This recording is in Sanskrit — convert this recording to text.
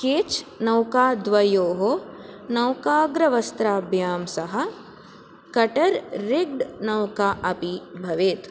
केच् नौका द्वयोः नौकाग्रवस्त्राभ्यां सह कटर् रिड् नौका अपि भवेत्